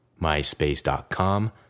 myspace.com